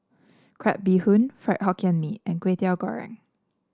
Crab Bee Hoon Fried Hokkien Mee and Kwetiau Goreng